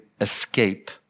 escape